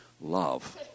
love